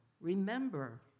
remember